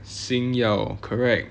星耀 correct